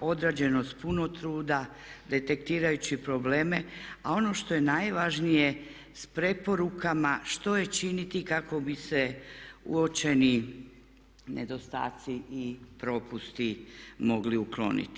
odrađeno s puno truda detektirajući probleme, a ono što je najvažnije s preporukama što je činiti kako bi se uočeni nedostaci i propusti mogli ukloniti.